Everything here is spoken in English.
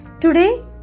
Today